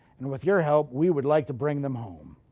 and with your help we would like to bring them home.